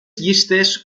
llistes